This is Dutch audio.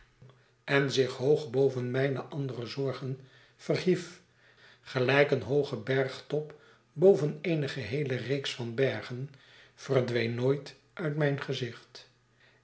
en zich hoogboven mijne andere zorgen verhief gelijk een hooge bergtop boven eene geheele reeks van bergen verdween nooit uit mijn gezicht